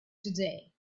today